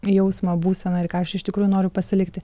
jausmą būseną ir ką aš iš tikrųjų noriu pasilikti